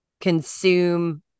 consume